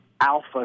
alpha